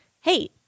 Hey